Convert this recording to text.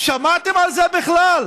שמעתם על זה בכלל?